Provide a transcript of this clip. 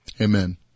Amen